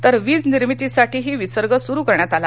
तर वीज निर्मितीसाठी विसर्ग सुरु करण्यात आला